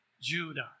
Judah